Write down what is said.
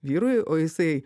vyrui o jisai